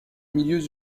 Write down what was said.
milieux